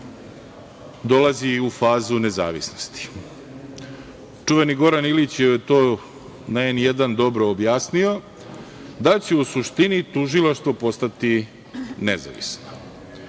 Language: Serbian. dolazi u fazu nezavisnosti. Čuveni Goran Ilić je to na „N1“ dobro objasnio, da će u suštini tužilaštvo postati nezavisno.